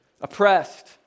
oppressed